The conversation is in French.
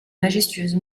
majestueuse